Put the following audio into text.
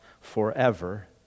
forever